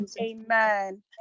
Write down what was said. amen